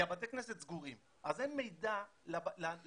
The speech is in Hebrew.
כי בתי הכנסת סגורים אז אין מידע לאנשים.